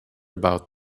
about